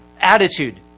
attitude